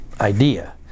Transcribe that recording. idea